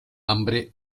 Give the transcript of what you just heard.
hambre